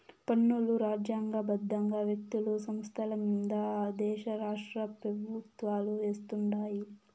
పన్నులు రాజ్యాంగ బద్దంగా వ్యక్తులు, సంస్థలమింద ఆ దేశ రాష్ట్రపెవుత్వాలు వేస్తుండాయి